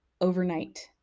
overnight